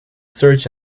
search